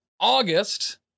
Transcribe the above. August